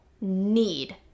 need